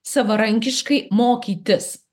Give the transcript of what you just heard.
savarankiškai mokytis